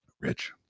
rich